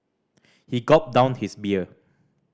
he gulped down his beer